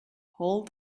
hold